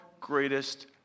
greatest